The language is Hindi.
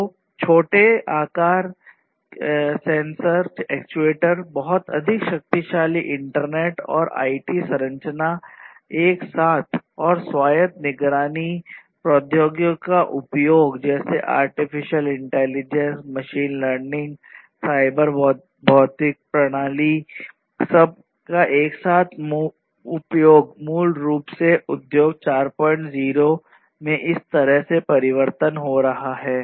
तो छोटे आकार सेंसर एक्चुएटर बहुत अधिक शक्तिशाली इंटरनेट और आईटी संरचना एक साथ और स्वायत्त निगरानी प्रौद्योगिकियों का उपयोग जैसे आर्टिफिशियल इंटेलिजेंस सब का एक साथ उपयोग मूल रूप से उद्योग 40 में इस तरह परिवर्तन हो रहा है